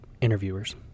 interviewers